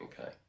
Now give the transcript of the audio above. Okay